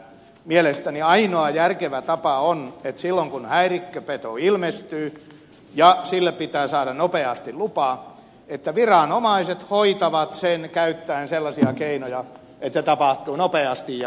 mielestäni ainoa järkevä tapa on että silloin kun häirikköpeto ilmestyy ja sille pitää saada nopeasti lupa viranomaiset hoitavat sen käyttäen sellaisia keinoja että se tapahtuu nopeasti ja kivuttomasti